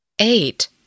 Eight